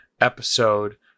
episode